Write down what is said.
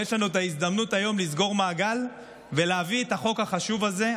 ויש לנו את ההזדמנות היום לסגור מעגל ולהביא את החוק החשוב הזה,